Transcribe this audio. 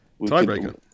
Tiebreaker